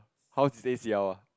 how ah